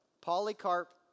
Polycarp